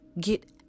Get